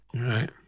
right